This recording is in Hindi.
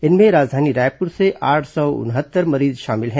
इनमें राजधानी रायपुर से आठ सौ उनहत्तर मरीज शामिल हैं